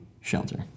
shelter